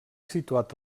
situat